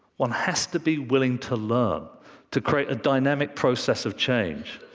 one has to be willing to learn to create a dynamic process of change.